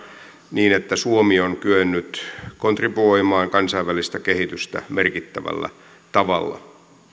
niin että suomi on kyennyt kontribuoimaan kansainvälistä kehitystä merkittävällä tavalla